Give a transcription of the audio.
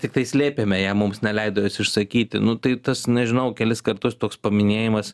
tiktai slėpėme ją mums neleido jos išsakyti nu tai tas nežinau kelis kartus toks paminėjimas